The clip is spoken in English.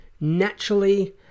naturally